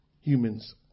humans